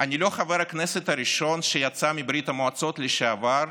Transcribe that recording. אני לא חבר הכנסת הראשון שיצא מברית המועצות לשעבר,